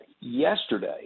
yesterday